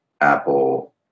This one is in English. Apple